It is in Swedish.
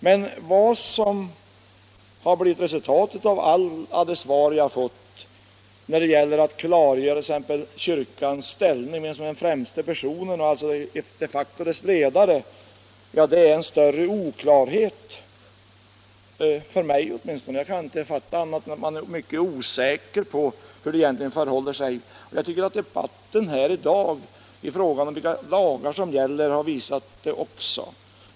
Men något resultat har det ändå inte blivit av alla de skrivelser jag fått motta när det gäller att klargöra kyrkans ställning och vem som är kyrkans främste person och de facto dess ledare. Därom råder fortfarande mycket 105 stor oklarhet. Åtminstone är det så vad mig själv anbelangar. Jag kan inte se annat än att man är mycket osäker om hur det egentligen här förhåller sig. Jag tycker också att debatten här i dag om vilka lagar som gäller har visat samma sak.